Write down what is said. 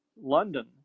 London